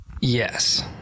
Yes